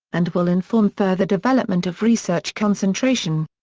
and will inform further development of research concentration.